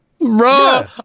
Bro